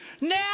now